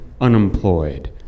unemployed